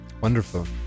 Wonderful